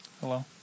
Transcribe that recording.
Hello